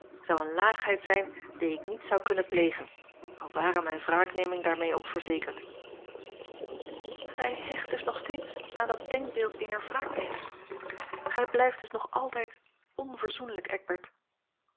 langs een omweg zijn die ik niet zou kunnen plegen al ware mijne wraakneming daarmee ook verzekerd gij hecht dus nog steeds aan dat denkbeeld eener wraakneming gij blijft dus nog altijd